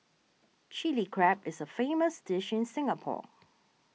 Chilli Crab is a famous dish in Singapore